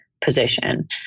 position